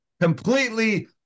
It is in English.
completely